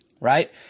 right